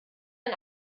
ein